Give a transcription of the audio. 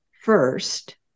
first